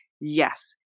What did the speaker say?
Yes